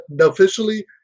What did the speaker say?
officially